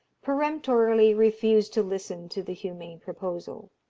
peremptorily refused to listen to the humane proposal.